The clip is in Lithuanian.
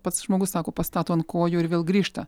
pats žmogus sako pastato ant kojų ir vėl grįžta